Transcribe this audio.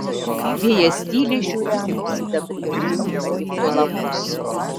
vėjas tyliai šiureno sidabrinius eukalipto lapus